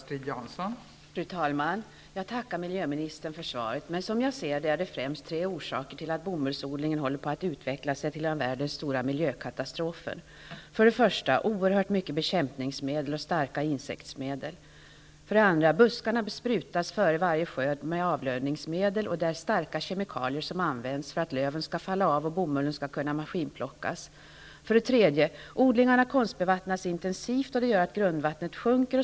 Fru talman! Jag tackar miljöministern för svaret. Som jag ser det finns det främst tre orsaker till att bomullsodlingen håller på att utvecklas till en av världens stora miljökatastrofer. För det första används oerhört mycket bekämpningsmedel och starka insektsmedel. För det andra besprutas buskarna före varje skörd med avlövningsmedel. Det är starka kemikalier som används för att löven skall falla av och för att bomullen skall kunna maskinplockas. För det tredje konstbevattnas odlingarna intensivt, och det gör att grundvattnet sjunker.